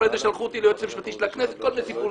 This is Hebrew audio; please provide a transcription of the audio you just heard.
אחרי זה שלחו אותי ליועץ המשפטי של הכנסת כל מיני סיפורים.